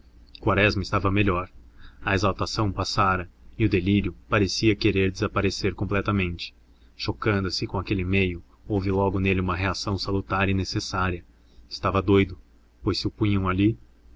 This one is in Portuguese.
quaresma estava melhor a exaltação passara e o delírio parecia querer desaparecer completamente chocando se com aquele meio houve logo nele uma reação salutar e necessária estava doido pois se o punham ali